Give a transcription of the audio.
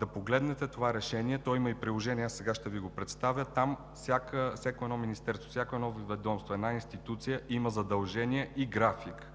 да погледнете това решение. То има и приложение – аз сега ще Ви го предоставя, там всяко едно министерство, всяко едно ведомство, една институция има задължение и график,